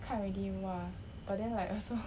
看 already !wah! but then like also